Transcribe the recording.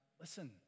listen